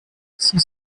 six